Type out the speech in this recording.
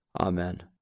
Amen